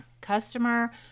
Customer